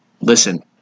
Listen